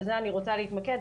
בזה אני רוצה להתמקד,